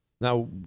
Now